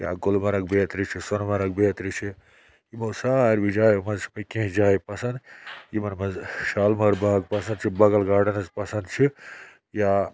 یا گُلمرگ بیترِ چھِ سۄنہٕ مَرگ بیترِ چھِ یِمو ساروے جایو منٛز چھِ مےٚ کینٛہہ جایہِ پَسنٛد یِمَن منٛز شالمار باغ پَسنٛد چھِ مخل گاڈَنٛز پَسنٛد چھِ یا